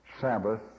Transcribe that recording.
Sabbath